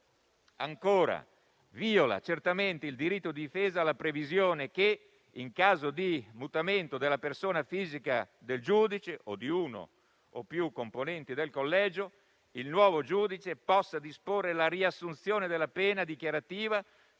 Vado avanti. Viola certamente il diritto di difesa la previsione che, in caso di mutamento della persona fisica del giudice o di uno o più componenti del collegio, il nuovo giudice possa disporre la riassunzione della pena dichiarativa solo